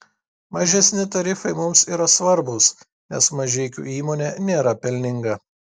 mažesni tarifai mums yra svarbūs nes mažeikių įmonė nėra pelninga